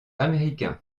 américain